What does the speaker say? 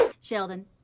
Sheldon